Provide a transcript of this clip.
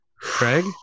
Craig